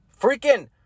Freaking